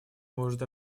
может